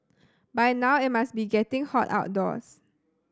by now it must be getting hot outdoors